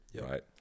right